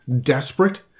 desperate